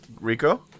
Rico